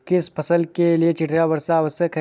किस फसल के लिए चिड़िया वर्षा आवश्यक है?